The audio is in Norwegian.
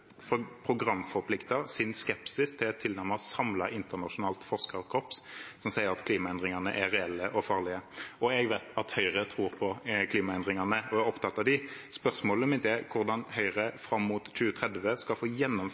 sin skepsis til et tilnærmet samlet internasjonalt forskerkorps, som sier at klimaendringene er reelle og farlige. Jeg vet at Høyre tror på klimaendringene og er opptatt av dem. Spørsmålet mitt er hvordan Høyre fram mot 2030 skal få gjennomført